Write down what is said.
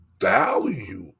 value